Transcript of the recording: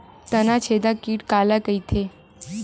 तनाछेदक कीट काला कइथे?